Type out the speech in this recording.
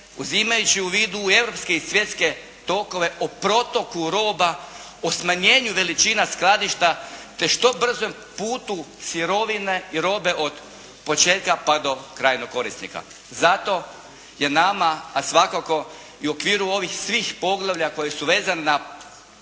uzimajući u vidu europske i svjetske tokove o protoku roba, o smanjenju veličina skladišta te što bržem putu sirovine i robe od početka pa do krajnog korisnika. Zato je nama, a svakako i u okviru ovih svih poglavlja koja su vezana pristup